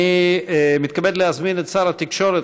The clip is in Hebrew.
אני מתכבד להזמין את שר התקשורת,